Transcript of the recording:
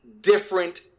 different